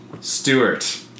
Stewart